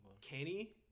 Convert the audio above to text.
Kenny